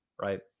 Right